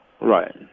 Right